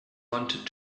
wanted